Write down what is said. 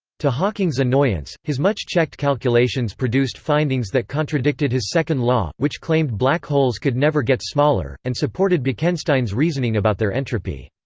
to hawking's annoyance, his much-checked calculations produced findings that contradicted his second law, which claimed black holes could never get smaller, and supported bekenstein's reasoning about their entropy.